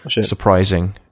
surprising